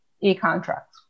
e-contracts